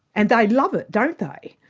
and they love it, don't they?